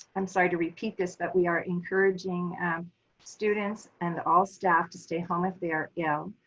i'm sorry to repeat this, but we are encouraging students and all staff to stay home if they are ill,